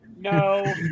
No